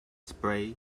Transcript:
spray